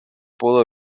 pudo